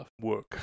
work